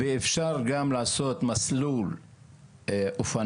ואפשר גם לעשות מסלול אופניים.